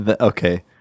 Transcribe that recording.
Okay